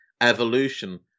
evolution